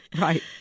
Right